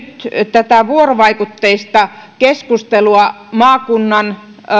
tätä vuorovaikutteista keskustelua maakunnan